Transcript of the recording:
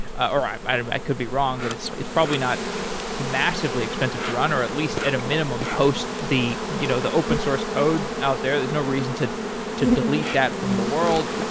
ah or i i could be wrong, but it's it's probably not massively expensive to run, or at least at a minimum host the you know the open source code out there. there's no reason to to delete that from the world,